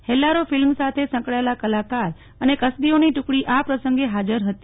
ફેલ્લારો film સાથે સંકળાયેલા કલાકાર અને કસબીઓની ટુકડી આ પ્રસંગે હાજર હતી